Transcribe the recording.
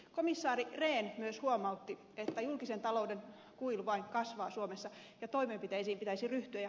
komissaari rehn myös huomautti että julkisen talouden kuilu vain kasvaa suomessa ja toimenpiteisiin pitäisi ryhtyä